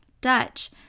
Dutch